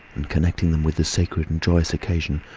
and, connecting them with the sacred and joyous occasion,